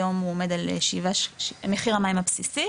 היום הוא עומד על מחיר המים הבסיסי,